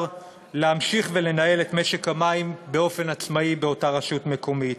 להמשיך ולנהל את משק המים באופן עצמאי באותה רשות מקומית.